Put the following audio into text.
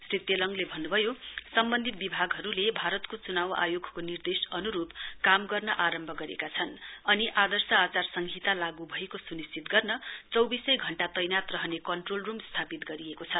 श्री तेलङले भन्न्भयो सम्वन्धित विभागहरू भारतको च्नाउ आयोगको निर्देश अन्रूप काम गर्न आरम्भ गरेका छन् अनि आदर्श आचार संहिता लागू भएको सुनिश्चित चौविसै घण्टा तैनात रहने कन्ट्रोल रूम स्थापित गरिएको छ